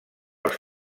els